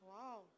Wow